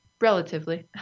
relatively